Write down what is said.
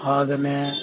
ಅದನ್ನೇ